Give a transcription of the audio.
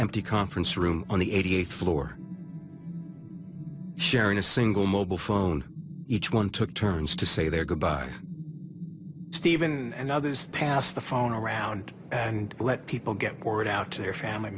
empty conference room on the eighty eighth floor sharing a single mobile phone each one took turns to say their goodbyes stephen and others passed the phone around and let people get word out to their family